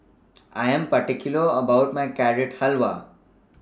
I Am particular about My Carrot Halwa